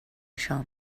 això